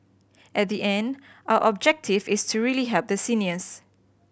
at the end our objective is really help the seniors